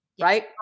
right